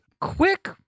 quick